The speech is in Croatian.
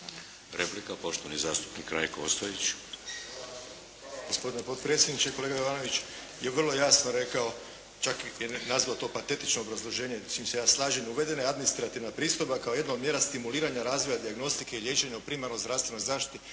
Replika, poštovani zastupnik Rajko Ostojić.